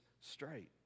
straight